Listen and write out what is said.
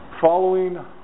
following